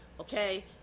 okay